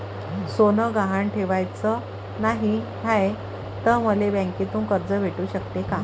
सोनं गहान ठेवाच नाही हाय, त मले बँकेतून कर्ज भेटू शकते का?